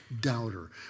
doubter